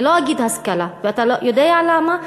אני לא אגיד השכלה, ואתה יודע למה?